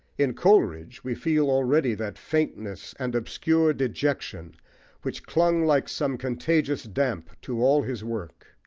in coleridge we feel already that faintness and obscure dejection which clung like some contagious damp to all his work.